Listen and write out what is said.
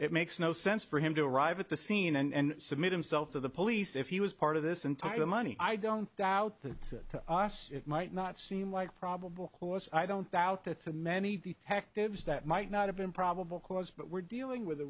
it makes no sense for him to arrive at the scene and submit himself to the police if he was part of this entire money i don't doubt that said to us it might not seem like probable cause i don't doubt that to many detectives that might not have been probable cause but we're dealing with a